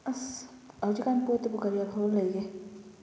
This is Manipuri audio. ꯑꯁ ꯍꯧꯖꯤꯛꯀꯥꯟ ꯄꯣꯠꯇꯕꯨ ꯀꯔꯤ ꯑꯐꯕ ꯂꯩꯒꯦ